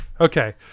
Okay